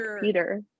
Peter